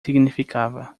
significava